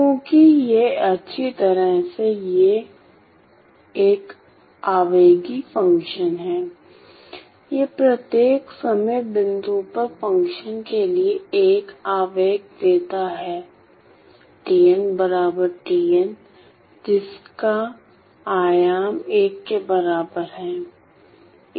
क्योंकि यह अच्छी तरह से है यह एक आवेगी फंक्शन है यह प्रत्येक समय बिंदु पर फ़ंक्शन के लिए एक आवेग देता है t tn जिस काआयाम 1 के बराबर है